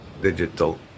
Digital